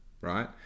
right